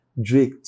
Drake